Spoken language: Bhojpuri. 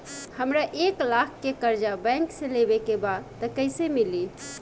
हमरा एक लाख के कर्जा बैंक से लेवे के बा त कईसे मिली?